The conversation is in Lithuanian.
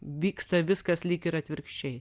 vyksta viskas lyg ir atvirkščiai